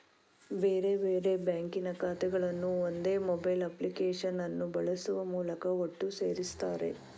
ಬೇರೆ ಬೇರೆ ಬ್ಯಾಂಕಿನ ಖಾತೆಗಳನ್ನ ಒಂದೇ ಮೊಬೈಲ್ ಅಪ್ಲಿಕೇಶನ್ ಅನ್ನು ಬಳಸುವ ಮೂಲಕ ಒಟ್ಟು ಸೇರಿಸ್ತಾರೆ